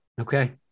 Okay